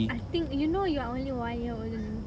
ah think you know you are only one year older than me